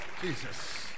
Jesus